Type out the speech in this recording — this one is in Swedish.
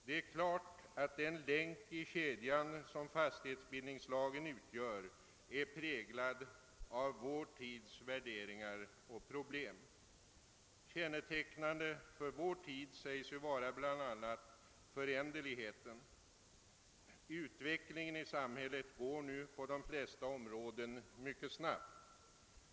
Det är klart att den länk i kedjan som fastighetsbildningslagen utgör är präglad av vår tids värderingar och problem. Kännetecknande för vår tid sägs vara bl.a. föränderligheten. Utvecklingen i samhället går nu på de flesta områden mycket snabbt.